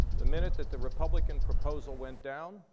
the minute that the republican proposal went down